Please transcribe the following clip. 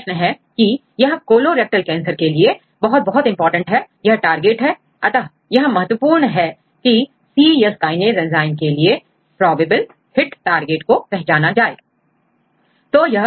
यहां प्रश्न है की यह कोलोरेक्टल कैंसर के लिए बहुत बहुत इंपॉर्टेंट है यह टारगेट है अतः यह महत्वपूर्ण है कीcYES Kinase एंजाइम के लिए प्रोबेबल हिट टारगेट को पहचाना जाए